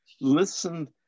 listen